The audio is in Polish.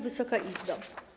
Wysoka Izbo!